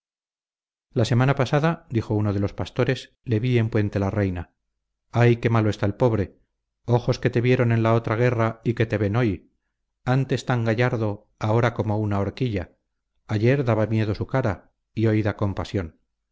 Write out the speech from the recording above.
la semana pasada dijo uno de los pastores le vi en puente la reina ay qué malo está el pobre ojos que te vieron en la otra guerra y que te ven hoy antes tan gallardo ahora como una horquilla ayer daba miedo su cara y hoy